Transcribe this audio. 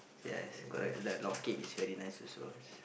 yes correct like log cake is very nice also